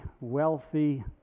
wealthy